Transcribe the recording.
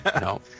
no